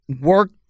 work